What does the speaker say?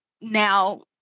now